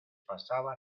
pasaba